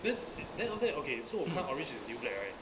then then after that okay so 看 orange is the new black right